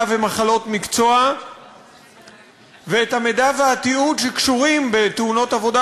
ומחלות מקצוע ואת המידע והתיעוד שקשורים בתאונות עבודה